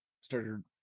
started